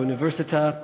באוניברסיטה,